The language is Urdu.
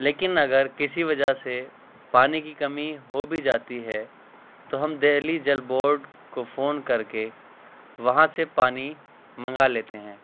لیکن اگر کسی وجہ سے پانی کی کمی ہو بھی جاتی ہے تو ہم دہلی جل بورڈ کو فون کر کے وہاں سے پانی منگا لیتے ہیں